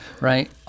right